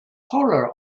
horror